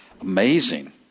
amazing